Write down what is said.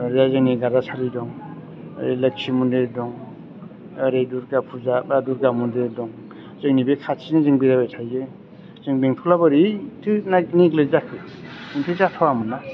जाय जायनि गारजासालि दं ओरै लोखि मन्दिर दं ओरै दुरगा पुजा बा दुरगा मन्दिर दं जोंनि बे खाथिनि जों बेरायबाय थायो जों बेंटलाव बोरैथो नेग्लेक्त जाखो बेथ' जाथावामोनना